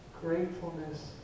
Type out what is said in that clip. gratefulness